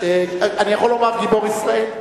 אני יכול לומר גיבור ישראל?